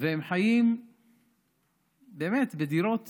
והם חיים באמת בדירות